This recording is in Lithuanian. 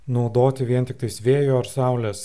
naudoti vien tiktais vėjo ar saulės